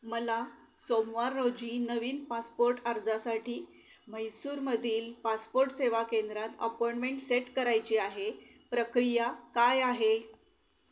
मला सोमवार रोजी नवीन पासपोर्ट अर्जासाठी म्हैसूरमधील पासपोर्ट सेवा केंद्रात अपॉइंटमेंट सेट करायची आहे प्रक्रिया काय आहे